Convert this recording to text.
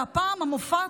והפעם המופע,